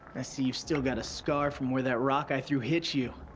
ah see you've still got a scar from where that rock i threw hit you.